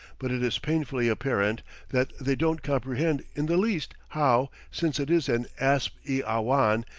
but it is painfully apparent that they don't comprehend in the least, how, since it is an asp-i-awhan,